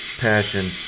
passion